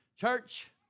Church